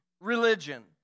religion